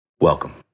Welcome